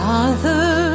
Father